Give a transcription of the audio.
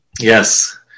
Yes